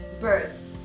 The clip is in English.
birds